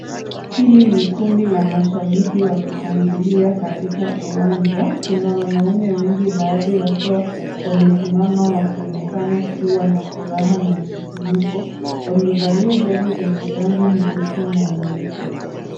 Hili ni kundi la mashabiki wakishangilia katika uwanja. Kuna wanaume wengi baadhi wakiwa wamesimama wakionekana kuwa na furaha na msisimko. Wamevalia jezi zenye rangi nyeusi na nyeupe.